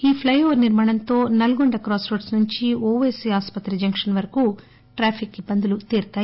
ఈప్లెఓవర్ నిర్మాణంతో Nalgonda cross road నుంచి ఒపైసీ ఆసుపత్రి జంక్షన్ వరకు ట్రాఫిక్ ఇబ్బందులు తీరతాయి